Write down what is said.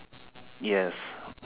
yes